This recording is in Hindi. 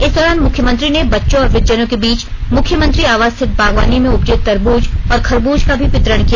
इस दौरान मुख्यमंत्री ने बच्चों और वृद्धजनों के बीच मुख्यमंत्री आवास स्थित बागवानी में उपजे तरबूज और खरबूज का भी वितरण किया